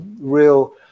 real